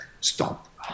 Stop